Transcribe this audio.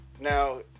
now